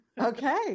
Okay